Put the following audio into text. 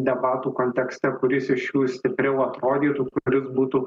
debatų kontekste kuris iš jų stipriau atrodytų kuris būtų